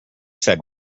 said